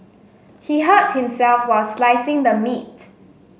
he hurt himself while slicing the meat